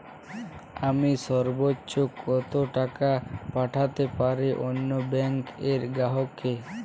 আমি সর্বোচ্চ কতো টাকা পাঠাতে পারি অন্য ব্যাংক র গ্রাহক কে?